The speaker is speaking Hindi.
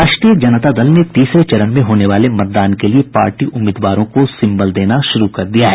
राष्ट्रीय जनता दल ने तीसरे चरण में होने वाले मतदान के लिए पार्टी उम्मीदवारों को सिंबल देना शुरू कर दिया है